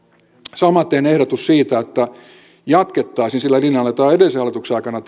samaten ehdotus siitä että jatkettaisiin sillä linjalla jolla edellisen hallituksen aikana